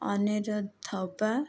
Aniruddha Thapa